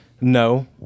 No